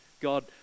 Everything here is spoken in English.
god